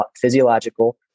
physiological